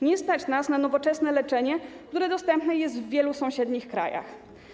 Nie stać nas na nowoczesne leczenie, które dostępne jest w wielu sąsiednich krajach.